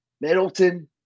Middleton